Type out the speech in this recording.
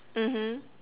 mmhmm